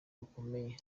bukomeye